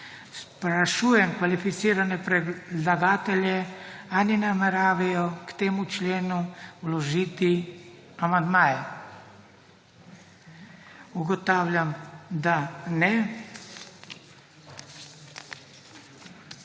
Sprašujem kvalificirane predlagatelje, ali nameravajo k temu členu vložiti amandmaje? (Ne.) Ugotavljam, da ne.